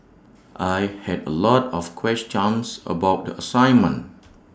I had A lot of questions about the assignment